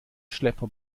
schlepper